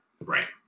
right